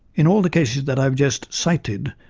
in all the cases that i have just cited,